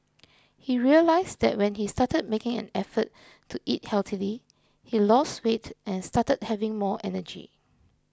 he realised that when he started making an effort to eat healthily he lost weight and started having more energy